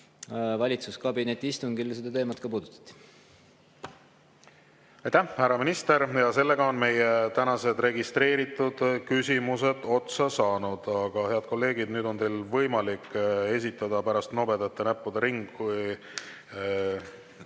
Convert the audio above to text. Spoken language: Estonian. valitsuskabineti istungil seda teemat ka puudutati.